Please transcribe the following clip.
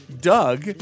Doug